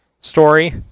story